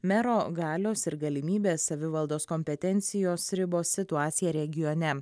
mero galios ir galimybės savivaldos kompetencijos ribos situaciją regione